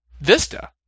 Vista